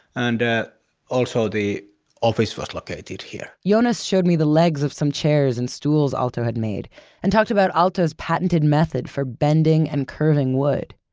and also the office was located here. jonas showed me the legs of some chairs and stools aalto had made and talked about aalto's patented method for bending and curving wood.